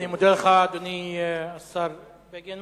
אני מודה לך, אדוני השר בגין.